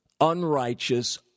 unrighteous